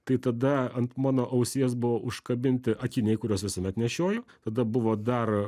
tai tada ant mano ausies buvo užkabinti akiniai kuriuos visuomet nešioju tada buvo dar